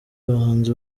bahanzi